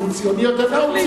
הוא ציוני יותר ממך?